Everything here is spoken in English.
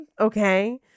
Okay